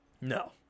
No